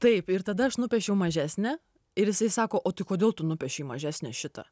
taip ir tada aš nupiešiau mažesnę ir jisai sako o tai kodėl tu nupiešei mažesnę šitą